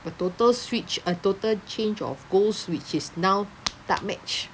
a total switch a total change of goals which is now tak match